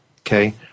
Okay